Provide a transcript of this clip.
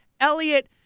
Elliot